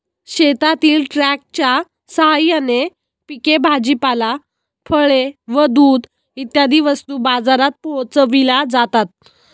शेतातील ट्रकच्या साहाय्याने पिके, भाजीपाला, फळे व दूध इत्यादी वस्तू बाजारात पोहोचविल्या जातात